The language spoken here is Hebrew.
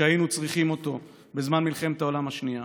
כשהיינו צריכים אותו בזמן מלחמת העולם השנייה.